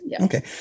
Okay